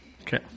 Okay